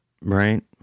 Right